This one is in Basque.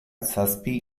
zazpi